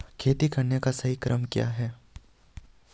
खेती करने का सही क्रम क्या है?